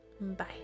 Bye